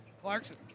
Clarkson